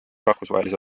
rahvusvahelise